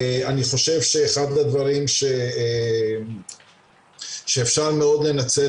אני חושב שאחד הדברים שאפשר מאוד לנצל